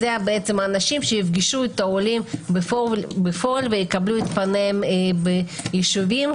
זה האנשים שיפגשו את העולים בפועל ויקבלו את פניהם ביישובים,